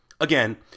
Again